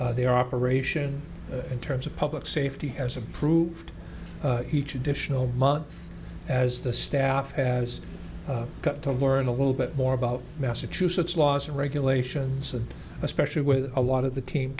basis the operation in terms of public safety has approved each additional month as the staff has got to learn a little bit more about massachusetts laws and regulations and especially with a lot of the team